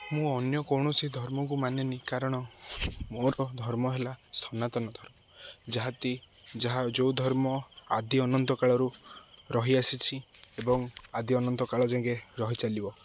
ମୁଁ ଅନ୍ୟ କୌଣସି ଧର୍ମକୁ ମାନେନି କାରଣ ମୋର ଧର୍ମ ହେଲା ସନାତନ ଧର୍ମ ଯାହାଟି ଯାହା ଯେଉଁ ଧର୍ମ ଆଦି ଅନନ୍ତ କାଳରୁ ରହିଆସିଛି ଏବଂ ଆଦି ଅନନ୍ତ କାଳ ଯାଏଁକେ ରହିଚଲିବ